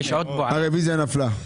הצבעה הרוויזיה נדחתה הרוויזיה נפלה.